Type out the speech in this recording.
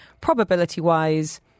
probability-wise